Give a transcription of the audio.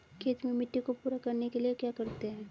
खेत में मिट्टी को पूरा करने के लिए क्या करते हैं?